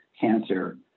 cancer